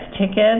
tickets